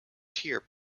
tier